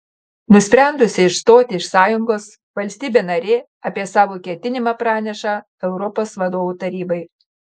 nusprendusi išstoti iš sąjungos valstybė narė apie savo ketinimą praneša europos vadovų tarybai